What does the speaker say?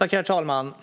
Herr talman!